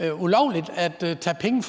det ulovligt at tage penge